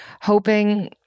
hoping